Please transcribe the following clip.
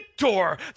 victor